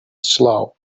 slow